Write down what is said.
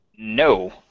No